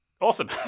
awesome